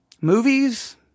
Movies